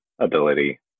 ability